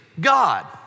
God